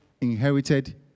inherited